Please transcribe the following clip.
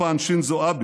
ויתורים ואשליות.